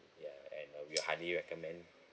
ya and we highly recommend